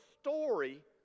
story